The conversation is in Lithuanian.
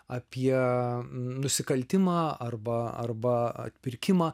apie nusikaltimą arba arba atpirkimą